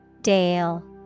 Dale